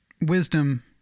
wisdom